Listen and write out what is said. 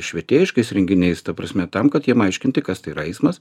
švietėjiškais renginiais ta prasme tam kad jiem aiškinti kas tai yra eismas